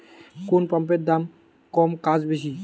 কোন পাম্পের দাম কম কাজ বেশি?